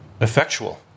effectual